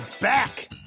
back